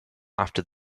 after